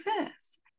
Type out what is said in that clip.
exist